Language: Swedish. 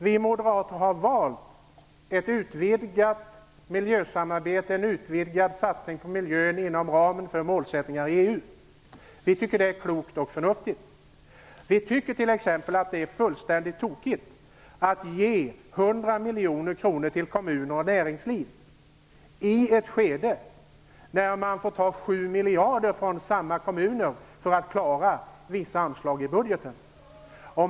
Vi moderater har valt ett utvidgat miljösamarbete, en utvidgad satsning på miljön inom ramen för målsättningar i EU. Vi tycker att det är klokt och förnuftigt. Vi tycker t.ex. att det är helt tokigt att ge 100 miljoner kronor till kommuner och näringsliv i ett skede när man får ta 7 miljarder från samma kommuner för att klara vissa anslag i budgeten.